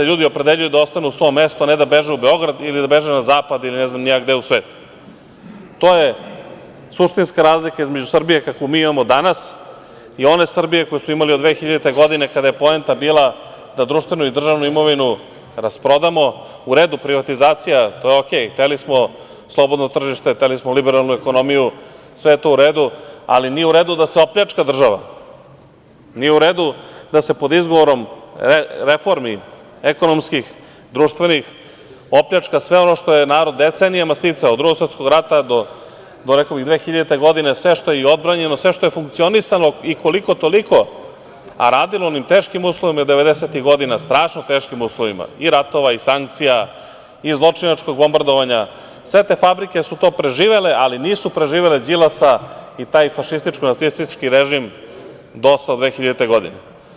To je suštinska razlika između Srbije kakvu mi imamo danas i one Srbije koju smo imali do 2000. godine kada je poenta bila da društvenu i državnu imovinu rasprodamo, u redu privatizacija, to je OK, hteli smo slobodno tržište, hteli smo liberalnu ekonomiju, sve je to u redu, ali nije u redu da se opljačka država, nije u redu da se pod izgovorom reformi ekonomskih, društvenih, opljačka sve ono što je narod decenijama sticao od Drugog svetskog rada do, rekao bih, 2000. godine, sve što je odbranjeno, sve što je funkcionisalo i koliko-toliko, a radilo u onim teškim uslovima devedesetih godina, strašno teškim uslovima i ratova i sankcija i zločinačkog bombardovanja, sve te fabrike su to preživele, ali nisu preživele Đilasa i taj fašističko-nacistički režim DOS-a 2000. godine.